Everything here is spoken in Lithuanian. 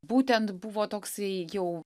būtent buvo toksai jau